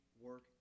work